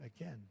again